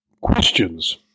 questions